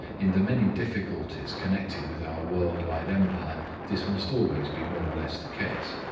in the many difficulties connected with our world-wide empire this must always be more or less the case.